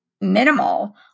minimal